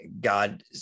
God